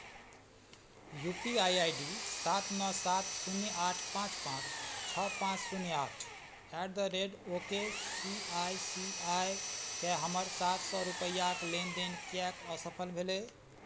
U P I I D सात नओ सात शून्य आठ पाँच पाँच छओ पाँच शून्य आठ at the rate O K C I C I के हमर सात सए रुपैआक लेनदेन किएक असफल भेलै